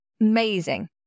amazing